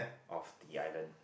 of the island